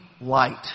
light